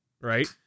Right